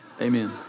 amen